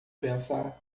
pensar